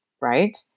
right